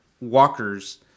walkers